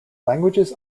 languages